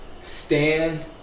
Stand